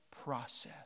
process